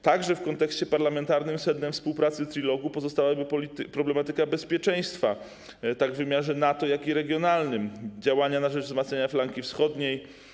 Także w kontekście parlamentarnym sednem współpracy Trilogu pozostałaby problematyka bezpieczeństwa tak w wymiarze NATO, jak i regionalnym, działania na rzecz wzmacniania flanki wschodniej.